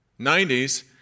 90s